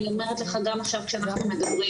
אני אומרת לך גם עכשיו כשאנחנו מדברים.